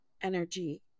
energy